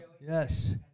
Yes